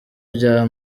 bya